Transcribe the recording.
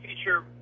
feature